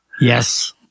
Yes